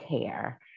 care